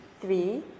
three